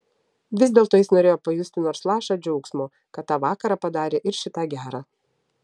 vis dėlto jis norėjo pajusti nors lašą džiaugsmo kad tą vakarą padarė ir šį tą gera